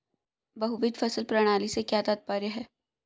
बहुविध फसल प्रणाली से क्या तात्पर्य है?